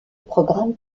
programme